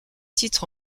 titre